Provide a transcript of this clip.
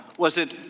was it